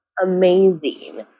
amazing